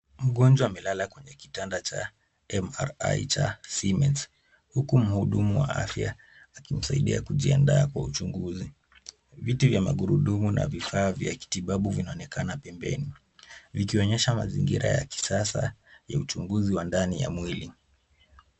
Mgonjwa amelala kwenye kitanda cha MRI cha siemens huku mhudumu wa afya akimsaidia kujiandaa kwa uchunguzi. Viti vya magurudumu na vifaa vya kitibabu vinaonekana pembeni vikionyesha mazingira ya kisasa ya uchunguzi wa ndani ya mwili.